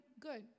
good